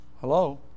Hello